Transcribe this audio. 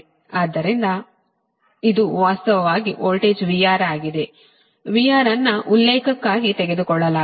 ಆದ್ದರಿಂದ ಇದು ವಾಸ್ತವವಾಗಿ ವೋಲ್ಟೇಜ್ VR ಆಗಿದೆ VR ಅನ್ನು ಉಲ್ಲೇಖಕ್ಕಾಗಿ ತೆಗೆದುಕೊಳ್ಳಲಾಗುತ್ತದೆ